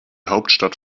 hauptstadt